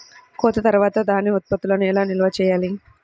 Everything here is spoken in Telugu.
కోత తర్వాత ధాన్య ఉత్పత్తులను ఎలా నిల్వ చేయాలి?